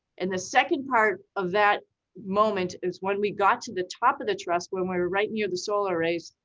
and the second part of that moment is when we got to the top of the truss, when we were right near the solar arrays,